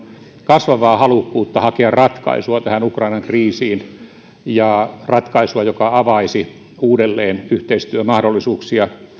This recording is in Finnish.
kasvavaa halukkuutta hakea ratkaisua tähän ukrainan kriisiin ratkaisua joka avaisi uudelleen yhteistyömahdollisuuksia